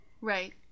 Right